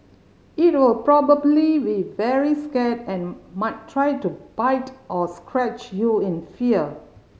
it will probably be very scared and might try to bite or scratch you in fear